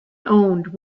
owned